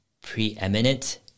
preeminent